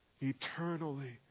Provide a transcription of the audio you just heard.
Eternally